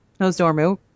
Nosdormu